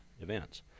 events